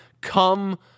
Come